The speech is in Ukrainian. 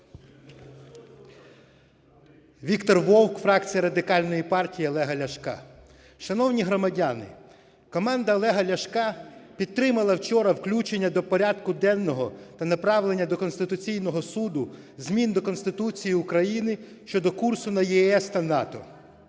Віктор Вовк, фракція Радикальної партії Олега Ляшка. Шановні громадяни, команда Олега Ляшка підтримала вчора включення до порядку денного та направлення до Конституційного Суду змін до Конституції України щодо курсу на ЄС та НАТО.